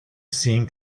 seem